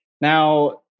now